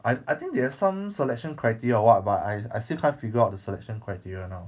I I think they have some selection criteria or what but I I still can't figure out the selection criteria now